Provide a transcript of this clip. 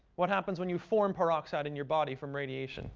what happens when you form peroxide in your body from radiation